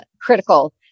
critical